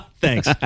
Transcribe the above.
Thanks